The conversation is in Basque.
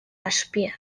azpian